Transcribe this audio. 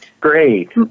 Great